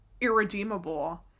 irredeemable